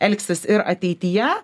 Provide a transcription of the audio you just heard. elgsis ir ateityje